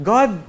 God